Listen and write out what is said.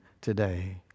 today